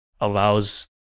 allows